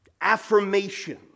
affirmation